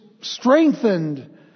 strengthened